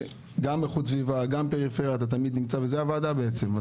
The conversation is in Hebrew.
גם איכות סביבה וגם פריפריה אתה תמיד נמצא וזו הוועדה בעצם.